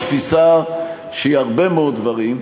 שהיא הרבה מאוד דברים,